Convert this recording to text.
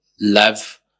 love